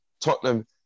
Tottenham